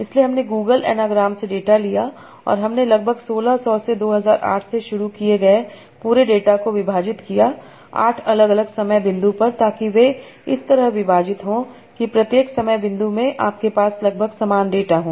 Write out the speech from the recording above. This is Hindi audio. इसलिए हमने गूगल एनाग्राम से डेटा लिया और हमने लगभग 1600 से 2008 से शुरू किए गए पूरे डेटा को विभाजित किया आठ अलग अलग समय बिंदु पर ताकि वे इस तरह विभाजित हों कि प्रत्येक समय बिंदु में आपके पास लगभग समान डेटा हो